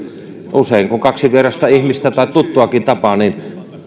usein kun kaksi vierasta ihmistä tai tuttuakin tapaa niin